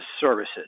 Services